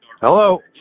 Hello